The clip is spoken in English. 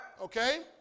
Okay